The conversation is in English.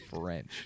French